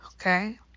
okay